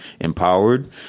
empowered